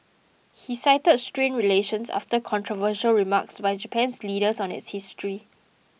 he cited strained relations after controversial remarks by Japan's leaders on its history